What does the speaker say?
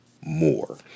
more